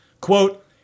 Quote